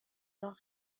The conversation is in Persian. راه